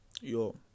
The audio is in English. yo